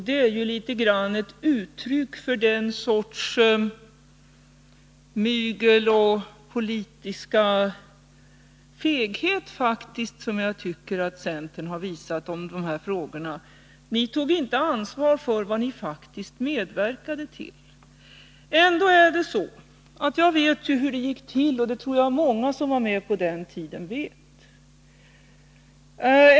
Det är litet grand ett uttryck för den sortens mygel och politisk feghet som jag tycker att centern har visat i dessa frågor. Ni tog inte ansvar för vad ni faktiskt medverkat till. Jag vet emellertid hur det gick till — och det vet många som var med på den tiden.